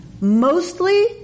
mostly